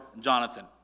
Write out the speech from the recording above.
Jonathan